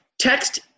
Text